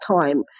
time